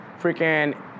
freaking